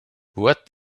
what